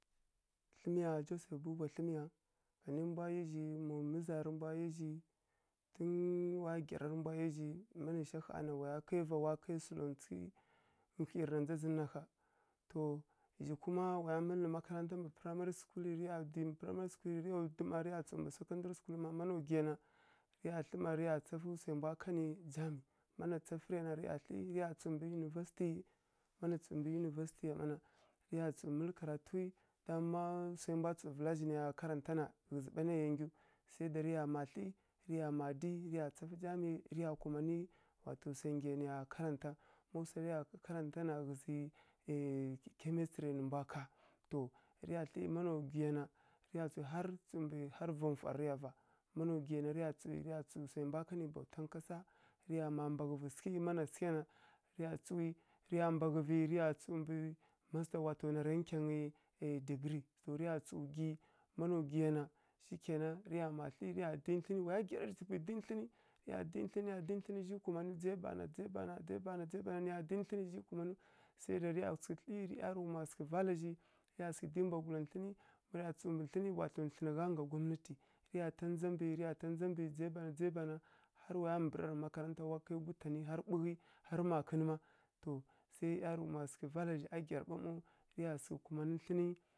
Tlǝmǝya joseph buba pǝnai mbwa ya zhi li mǝza rǝ mbwa yazhi tun wa gyara rǝ mbwa, ya zhi ma naisha kha na waya kai va sǝlanwtsughi wkli rǝ na ndza zǝ nna kha to zhi kuma waya mǝllǝ makaranta mbǝ primary school rǝya wghi rǝya ˈma dzǝmbǝ sacondry school ˈma kuma waya wghi mana wghi ya na rǝya tlǝ riya tsafǝ wsa mbwu ra ka nǝ jamb mana tsafǝriya na riya tli riya tsu mbǝ university mana tsu mbǝ university ya ˈma na riya mǝllǝ karatuwi amma ma wsarǝ mbwa vǝla kazhi niya karanta na ghǝzǝ ɓa nariya ngi niya karanatau sai da riya ˈma tli riya ma di riya ˈma tsafǝ jamb riya kumani wato wsa ngiya niya kartanta ma wsa riya karantana ghǝzi chemistry nǝmbwa ka to riya tli mana gwhi ya na riya tlǝ riya tsumbi har va mfwar riya va mana wghi ya na riya tsu wsai mbwa ka nǝ bautan kasa riya ma mbaghǝvǝ sǝghǝ mana sǝghǝ ya na riya tsumbǝ na wato nara nkyangyi degree riya tsu wghi mana wghiya na riya ma tlǝ riya di ntlǝn waya ngyara niya di ntlǝn lokociyeya di ntlǝn dzai bana dzai bana dzai bana ɗaya tǝpwi di ntlǝn zhi kumanu sai da riya tsǝ whuri riya sǝghǝy kǝl mbwagula tlǝni tiya tlǝghǝ sǝghangya nga gwamnati riya ta ndza mbi riya ta ndza mbi dzai bana dzai bana har waya mbǝrarǝ makaranta har wa kai gwutanǝ har ɓwughi har makǝnma to zhai ˈyarughuma sǝghǝ vala zhi a gyara ɓa mau riya sǝghǝ kumanǝ tlǝni.